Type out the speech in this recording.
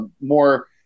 more